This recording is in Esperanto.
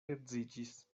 edziĝis